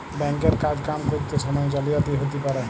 bank এর কাজ কাম ক্যরত সময়ে জালিয়াতি হ্যতে পারে